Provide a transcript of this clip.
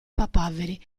papaveri